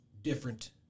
different